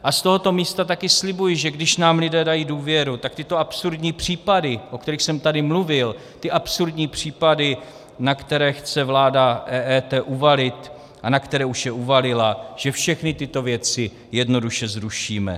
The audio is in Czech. A z tohoto místa také slibuji, že když nám lidé dají důvěru, tak tyto absurdní případy, o kterých jsem tady mluvil, ty absurdní případy, na které chce vláda EET uvalit a na které už je uvalila, že všechny tyto věci jednoduše zrušíme.